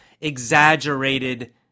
exaggerated